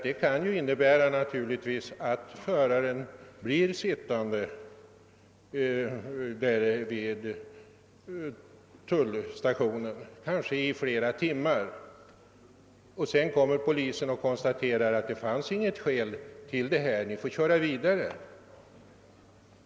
Det kan naturligtvis innebära att föraren blir sittande vid tullstationen i flera timmar innan polisen kommer och kanske konstaterar att det inte finns något skäl att utfärda körförbud.